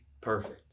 perfect